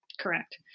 Correct